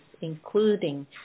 including